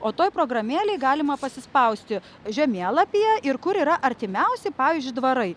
o toj programėlėj galima pasispausti žemėlapyje ir kur yra artimiausi pavyzdžiui dvarai